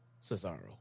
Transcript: Cesaro